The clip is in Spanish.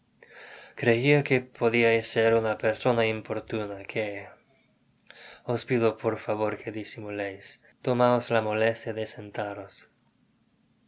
creia que podiais ser una persona importuna que os pido por favor que disimuleis tomaos la molestia de sentaros